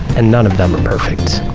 and none of them are perfect.